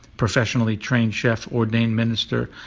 professionally trained chef, ordained minister.